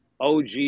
OG